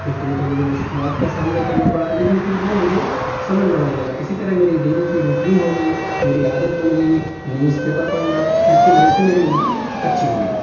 کچھ دنوں تو مجھے مشکلات کا سامنا کرنا پڑا لیکن پھر وہ مجھے سمجھ میں آنے لگا اسی طرح میری ڈیلی کی روٹین ہو گئی میری عادت بن گئی نیوز پیپر پڑھنا جس کی وجہ سے میری اردو اچھی ہوئی